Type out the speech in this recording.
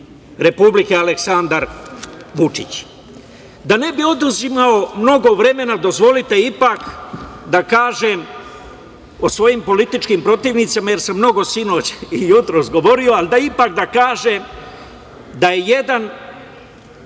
Republike Aleksandar Vučić. Da ne bih oduzimao mnogo vremena, dozvolite ipak da kažem o svojim političkim protivnicima, jer sam mnogo sinoć i jutros govorio, ali da ipak kažem da je jedan